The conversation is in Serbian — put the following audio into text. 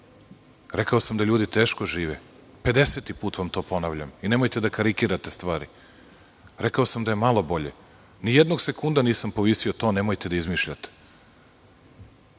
Rekao sam da ljudi teško žive, 50-i vam put to ponavljam, nemojte da karikirate stvari, rekao sam da je malo bolje, nijednog sekunda nisam povisio ton, nemojte da izmišljate.